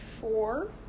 four